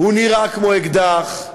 הוא נראה כמו אקדח,